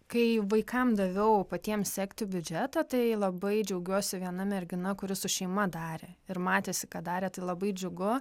kai vaikam daviau patiem sekti biudžetą tai labai džiaugiuosi viena mergina kuri su šeima darė ir matėsi kad darė tai labai džiugu